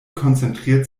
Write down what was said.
konzentriert